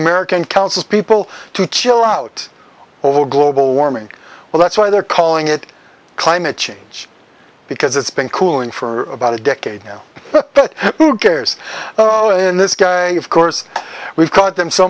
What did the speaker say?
american council people to chill out over global warming well that's why they're calling it climate change because it's been cooling for about a decade now but who cares this guy of course we caught them so